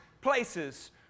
places